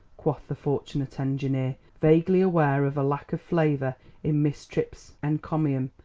quoth the fortunate engineer, vaguely aware of a lack of flavour in miss tripp's encomium,